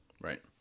Right